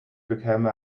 bekäme